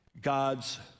God's